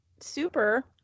super